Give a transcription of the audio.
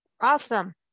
Awesome